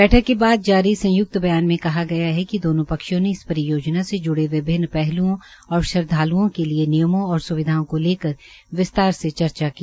बैठक के बाद जारी संयुक्त ब्यान मे कहा गया है कि दोनों पक्षों ने इस परियोजना से जुड़े विभिन्न पहल्ओं और श्रद्वाल्ओं के लिये नियमों और स्विधाओं को लेकर विस्तार से चर्चा की